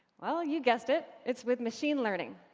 well, you guessed it, it's with machine learning.